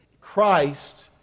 Christ